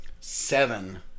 seven